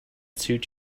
suit